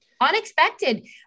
Unexpected